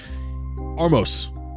Armos